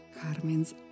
Carmen's